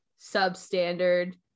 substandard